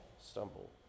stumble